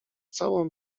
całą